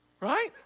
right